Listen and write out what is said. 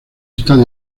está